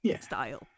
style